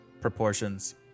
proportions